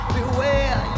beware